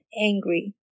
angry